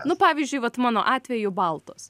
nu pavyzdžiui vat mano atveju baltos